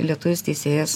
lietuvis teisėjas